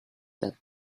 that